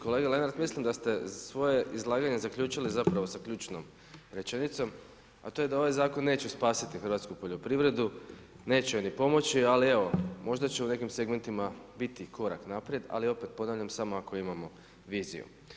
Kolega Lenart, mislim da ste svoje izlaganje zaključili zapravo sa ključnom rečenicom, a to je da ovaj Zakon neće spasiti hrvatsku poljoprivredu, neće joj ni pomoći, ali evo, možda će u nekim segmentima biti korak naprijed, ali opet, ponavljam samo ako imamo viziju.